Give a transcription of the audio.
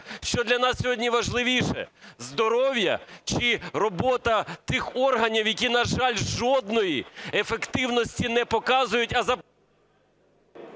Що для нас сьогодні важливіше – здоров'я чи робота тих органів, які, на жаль, жодної ефективності не показують,